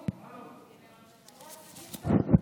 אנחנו רדומים,